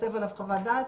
כותב עליו חוות דעת